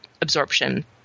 absorption